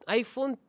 iPhone